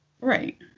right